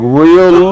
real